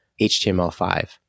HTML5